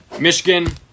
Michigan